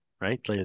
right